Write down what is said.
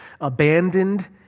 abandoned